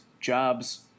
jobs